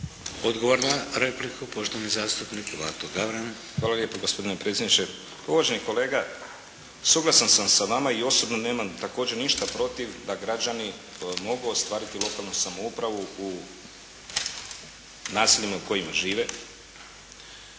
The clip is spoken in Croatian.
Odgovor na repliku poštovani zastupnik Mato Gavran. **Gavran, Mato (SDP)** Hvala lijepo gospodine predsjedniče. Uvaženi kolega! Suglasan sam sa vama i osobno nemam također ništa protiv da građani mogu ostvariti lokalnu samoupravu u naseljima u kojima žive,